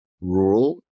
rural